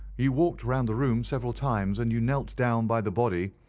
you walked round the room several times, and you knelt down by the body,